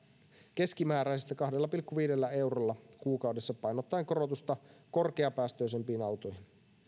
keskimääräisesti kahdella pilkku viidellä eurolla kuukaudessa painottaen korotusta korkeapäästöisempiin autoihin